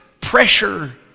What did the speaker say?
pressure